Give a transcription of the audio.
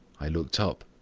i looked up,